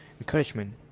encouragement